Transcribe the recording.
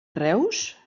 reus